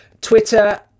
twitter